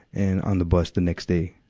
and on the bus the next day.